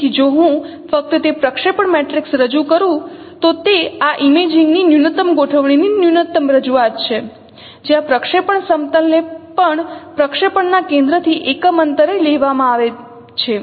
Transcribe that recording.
તેથી જો હું ફક્ત તે પ્રક્ષેપણ મેટ્રિક્સ રજુ કરું તો તે આ ઇમેજિંગ ની ન્યૂનતમ ગોઠવણીની ન્યૂનતમ રજૂઆત છે જ્યાં પ્રક્ષેપણ સમતલને પણ પ્રક્ષેપણના કેન્દ્રથી એકમ અંતરે લેવામાં આવે છે